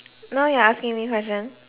now you're asking me question